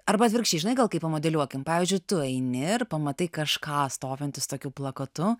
arba atvirkščiai žinai gal kaip pamodeliuokim pavyzdžiui tu eini ir pamatai kažką stovintį su tokiu plakatu